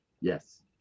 Yes